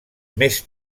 més